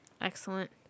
Excellent